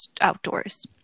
outdoors